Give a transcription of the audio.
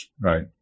Right